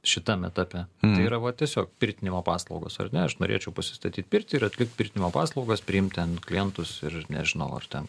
šitam etape tai yra va tiesiog pirtinimo paslaugos ar ne aš norėčiau pasistatyt pirtį ir atlikt pirtinimo paslaugas priimt ten klientus ir nežinau ar ten